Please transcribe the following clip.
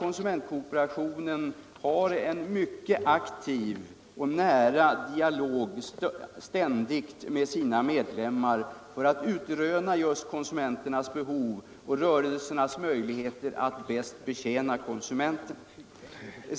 Den har ständigt en mycket aktiv och nära dialog med sina medlemmar för att utröna konsumenternas behov och rörelsens möjligheter att bäst betjäna konsumenterna.